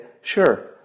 sure